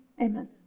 amen